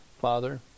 father